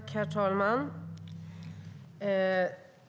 Herr talman!